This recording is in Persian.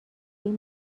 این